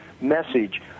message